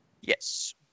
Yes